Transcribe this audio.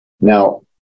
Now